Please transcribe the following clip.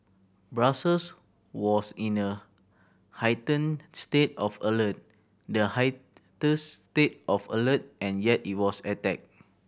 Brussels was in a heightened state of alert the highest state of alert and yet it was attacked